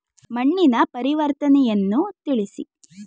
ಮಣ್ಣಿನ ಪರಿವರ್ತನೆಯನ್ನು ತಿಳಿಸಿ?